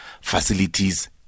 facilities